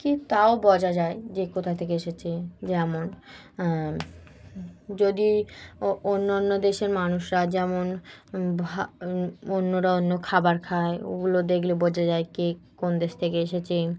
তাও বঝা যায় যে কোথা থেকে এসেছে যেমন যদি অন্য অন্য দেশের মানুষরা যেমন অন্যরা অন্য খাবার খায় ওগুলো দেখলে বোঝা যায় কে কোন দেশ থেকে এসেছে